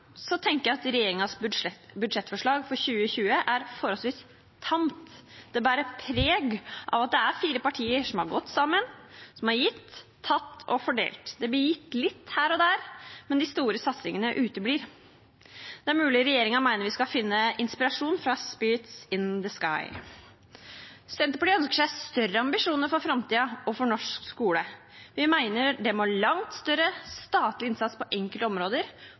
tamt. Det bærer preg av at det er fire partier som har gått sammen, og som har gitt, tatt og fordelt. Det blir gitt litt her og der, men de store satsingene uteblir. Det er mulig regjeringen mener vi skal finne inspirasjon fra «Spirit in the Sky». Senterpartiet ønsker seg større ambisjoner for framtiden og for norsk skole. Vi mener det må til langt større statlig innsats på enkelte områder